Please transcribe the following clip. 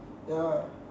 ya